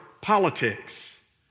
politics